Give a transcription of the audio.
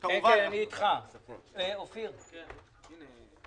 שיש סיכום על 70 מיליון שקל שזה יהיה בחוק הבא,